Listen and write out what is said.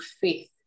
faith